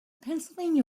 pennsylvania